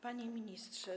Panie Ministrze!